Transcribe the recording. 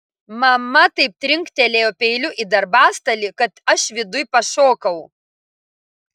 mama taip trinktelėjo peiliu į darbastalį kad aš viduj pašokau